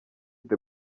the